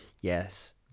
Yes